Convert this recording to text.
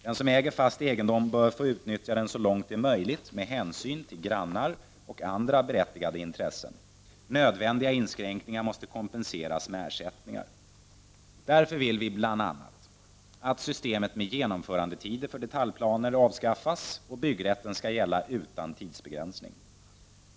Den som äger fast egendom bör få utnyttja den så långt det är möjligt med hänsyn till grannar och andra med berättigade intressen. Nödvändiga inskränkningar måste kompenseras med ersättning. Därför vill vi bl.a. att systemet med genomförandetider för detaljplaner måste avskaffas. Byggrätten skall gälla utan tidsbegränsning.